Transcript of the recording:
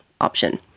option